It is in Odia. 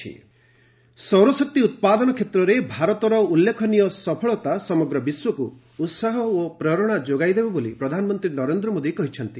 ପିଏମ୍ ସୌରଶକ୍ତି ଉତ୍ପାଦନ କ୍ଷେତ୍ରରେ ଭାରତର ଉଲ୍ଲେଖନୀୟ ସଫଳତା ସମଗ୍ର ବିଶ୍ୱକୁ ଉତ୍ସାହ ଓ ପ୍ରେରଣା ଯୋଗାଇ ଦେବ ବୋଲି ପ୍ରଧାନମନ୍ତ୍ରୀ ନରେନ୍ଦ୍ର ମୋଦୀ କହିଛନ୍ତି